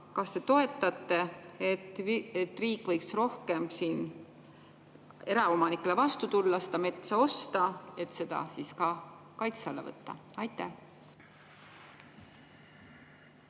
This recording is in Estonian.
Kas te toetate, et riik võiks eraomanikele rohkem vastu tulla, seda metsa osta, et seda siis ka kaitse alla võtta? Aitäh!